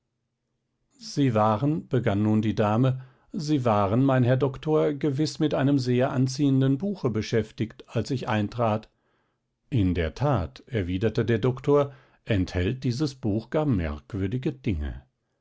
sie waren begann nun die dame sie waren mein herr doktor gewiß mit einem sehr anziehenden buche beschäftigt als ich eintrat in der tat erwiderte der doktor enthält dieses buch gar merkwürdige dinge